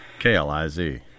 KLIZ